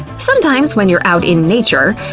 sometimes when you're out in nature,